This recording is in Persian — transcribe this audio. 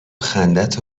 خندت